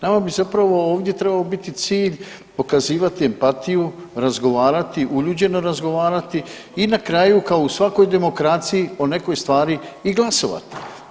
Nama bi zapravo ovdje trebao biti cilj pokazivati empatiju, razgovarati, uljuđeno razgovarati i na kraju kao o svakoj demokraciji o nekoj stvari i glasovati.